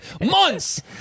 months